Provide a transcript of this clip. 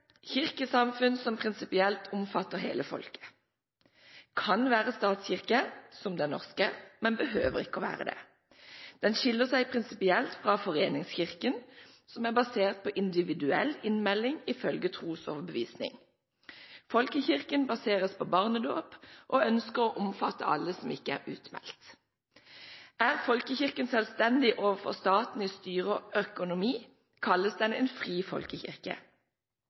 kirkesamfunn som prinsipielt omfatter hele folket. Kan være statskirke, som den norske, men behøver ikke å være det. Den skiller seg prinsipielt fra foreningskirken, som er basert på individuell innmelding ifølge trosoverbevisning. Folkekirken baseres på barnedåp og ønsker å omfatte alle som ikke er utmeldt. Er folkekirken selvstendig overfor staten i styre og økonomi, kalles den en fri folkekirke. Kirkepartiet under professor A. Tarangers ledelse arbeidet på begynnelsen av 1900-tallet for fri folkekirke i